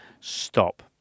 stop